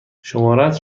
شمارهات